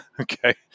okay